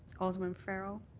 alderman farrell?